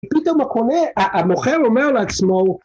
פתאום הקונה, המוכר אומר לעצמו